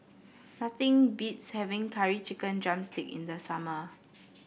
nothing beats having Curry Chicken drumstick in the summer